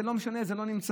זה לא משנה, זה לא נמצא.